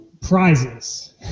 Prizes